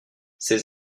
ses